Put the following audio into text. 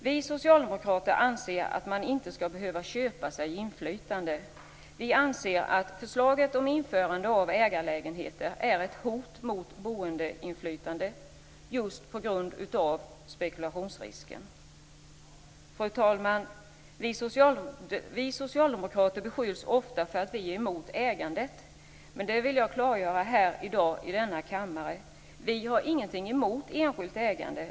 Vi socialdemokrater anser att man inte skall behöva köpa sig inflytande. Vi anser att förslaget om införande av ägarlägenheter är ett hot mot boendeinflytandet just på grund av spekulationsrisken. Fru talman! Vi socialdemokrater beskylls ofta för att vara emot ägande. Men jag vill i dag i denna kammare klargöra att vi inte har någonting emot ett enskilt ägande.